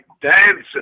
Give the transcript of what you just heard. dancing